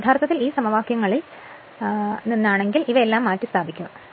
അതിനാൽ യഥാർത്ഥത്തിൽ 1 2 3 4 എന്നീ സമവാക്യങ്ങളിൽ നിന്നാണെങ്കിൽ യഥാർത്ഥത്തിൽ ഇവയെല്ലാം മാറ്റിസ്ഥാപിക്കുക